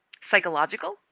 psychological